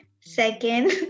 Second